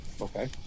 Okay